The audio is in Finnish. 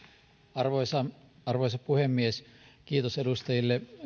arvoisa arvoisa puhemies kiitos edustajille